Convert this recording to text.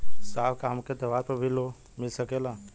साहब का हमके त्योहार पर भी लों मिल सकेला?